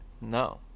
No